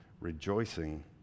rejoicing